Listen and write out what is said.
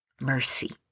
mercy